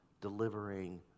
delivering